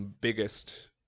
biggest